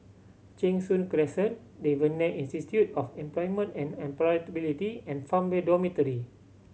Cheng Soon Crescent Devan Nair Institute of Employment and Employability and Farmway Dormitory